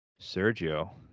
Sergio